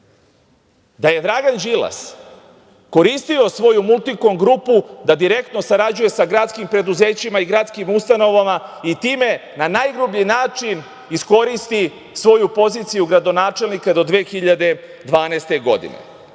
da je Dragan Đilas koristio svoju „Multikom grupu“, da direktno sarađuje sa gradskim preduzećima i gradskim ustanovama i time na najgrublji način iskoristi svoju poziciju gradonačelnika do 2012. godine? Ali,